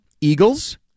eagles